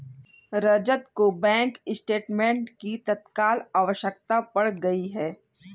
रजत को bank statement की तत्काल आवश्यकता पड़ गई है